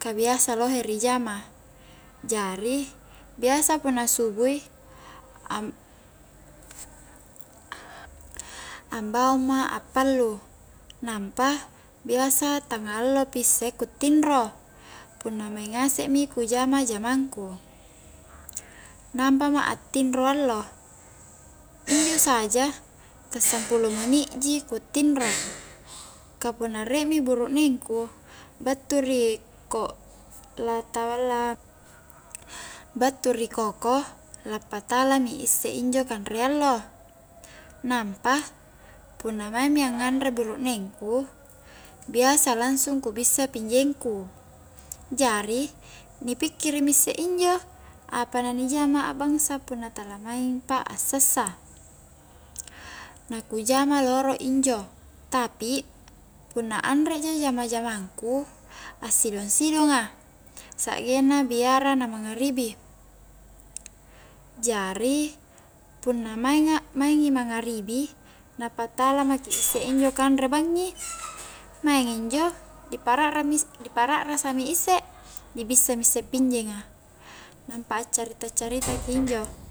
ka biasa lohe ri jama jari biasa punna subui ambaung ma akpallu nampa bisa tangallo pi isse ku tinro punna maing ngase mi ku jama-jamangku nampa ma attinro allo injo saja ta sampulo meni' ji ku tinro ka punna rie mi burukneng ku battu ri battu rikoko la patala mi isse injo kanre allo nampa punna maing mi anganre burukneng ku biasa langsung ku bissa pinjengku jari ni pikkiri mi isse injo apa na ni jama akbangsa punna tala maing pa a sassa na ku jama loro injo, tapi punna anre ja jama-jamangku assidong-sidonga, sa'genna biara na mangngaribi jari punna mainga, maingi mangngaribi na patala maki isse injo kanre bangngi maing injo di pararamis-dipa'rakrasa mi isse ni bissa mi issse pinjenga nampa accarita-carita ki injo